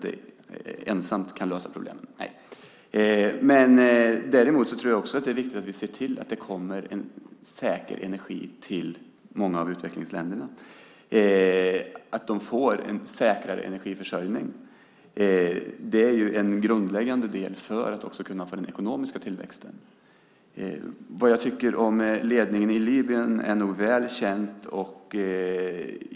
Det är emellertid viktigt att se till att många av utvecklingsländerna får en säkrare energiförsörjning. Det är grundläggande också för den ekonomiska tillväxten. Vad jag tycker om ledningen i Libyen torde vara väl känt.